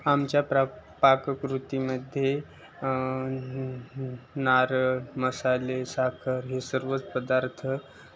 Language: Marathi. आमच्या प्रा पाककृतीमध्ये नारळ मसाले साखर हे सर्वच पदार्थ